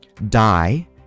die